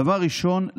דבר ראשון,